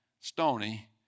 stony